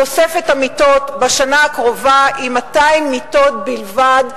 תוספת המיטות בשנה הקרובה היא 200 מיטות בלבד,